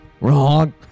Wrong